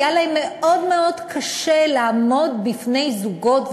היה להם מאוד קשה לעמוד בפני זוגות,